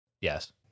yes